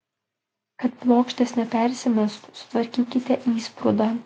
kad plokštės nepersimestų sutvarkykite įsprūdą